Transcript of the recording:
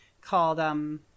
called